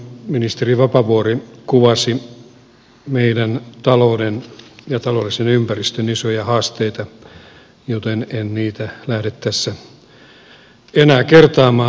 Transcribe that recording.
elinkeinoministeri vapaavuori kuvasi meidän talouden ja taloudellisen ympäristön isoja haasteita joten en niitä lähde tässä enää kertaamaan